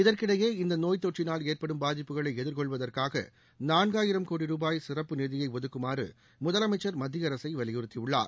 இதற்கிடையே இந்த நோய் தொற்றினால் ஏற்படும் பாதிப்புகளை எதிர்கொள்வதற்காக நாலாயிரம் கோடி ரூபாய் சிற்பு நிதியை ஒதுக்குமாறு முதலமைச்சர் மத்திய அரசை வலியுறுத்தியுள்ளார்